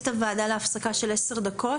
מה שנעשה אני אוציא את הוועדה להפסקה של עשר דקות.